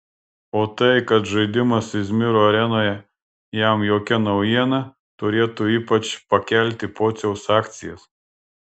o tai kad žaidimas izmiro arenoje jam jokia naujiena turėtų ypač pakelti pociaus akcijas